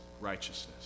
righteousness